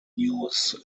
news